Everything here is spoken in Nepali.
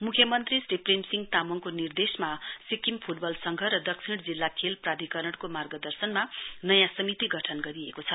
मुख्यमन्त्री श्री प्रेमसिंह तामाङको निर्देशमा सिक्किम फुटबल संघ र दक्षिण जिल्ला खेल प्रधिकरणको मार्गदर्शनमा नयाँ समिति गठन गरिएको छ